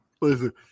Listen